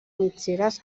mitgeres